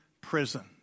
prison